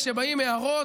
כשבאות הערות,